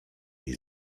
jej